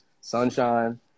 Sunshine